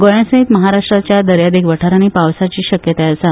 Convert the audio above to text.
गोंयासयत महाराष्ट्राच्या दर्यादेग वाठारांनी पावसाची शक्यताय आसा